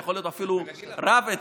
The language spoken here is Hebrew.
שזה יום זיכרון לחשבון נפש